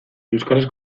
euskaraz